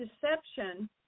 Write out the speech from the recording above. deception